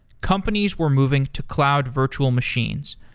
companies were moving to cloud virtual machines.